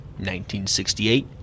1968